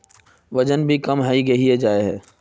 वजन भी कम है गहिये जाय है?